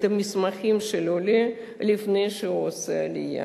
המסמכים של העולה לפני שהוא עושה עלייה,